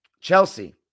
Chelsea